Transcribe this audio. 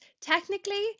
technically